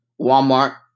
Walmart